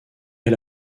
est